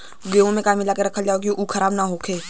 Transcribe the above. गेहूँ में का मिलाके रखल जाता कि उ खराब न हो?